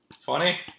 Funny